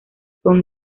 con